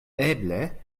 eble